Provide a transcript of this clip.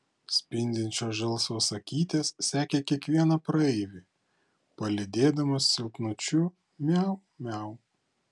spindinčios žalsvos akytės sekė kiekvieną praeivį palydėdamos silpnučiu miau miau